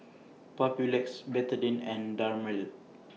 Papulex Betadine and Dermale